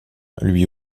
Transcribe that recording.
lui